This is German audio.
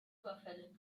überfällig